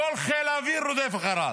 כל חיל האוויר רודף אחריו.